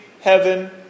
heaven